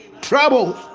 trouble